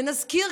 ונזכיר,